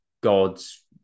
God's